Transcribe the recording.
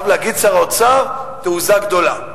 אני חייב להגיד, שר האוצר, תעוזה גדולה.